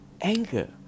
anger